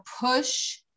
push